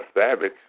savage